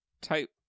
type